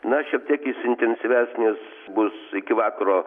na šiek tiek jis intensyvesnis bus iki vakaro